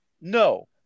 No